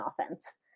offense